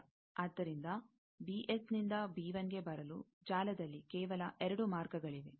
ಆದ್ದರಿಂದ ನಿಂದ ಗೆ ಬರಲು ಜಾಲದಲ್ಲಿ ಕೇವಲ ಎರಡು ಮಾರ್ಗಗಳಿವೆ